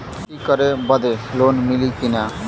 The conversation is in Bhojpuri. खेती करे बदे लोन मिली कि ना?